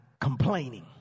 complaining